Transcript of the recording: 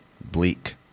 bleak